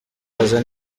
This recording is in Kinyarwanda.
kumbaza